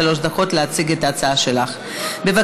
הצעת חוק לקידום התחרות ולצמצום הריכוזיות (תיקון,